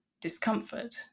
discomfort